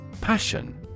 Passion